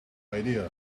idea